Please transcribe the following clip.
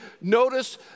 Notice